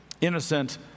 innocent